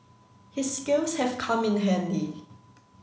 his skills have come in handy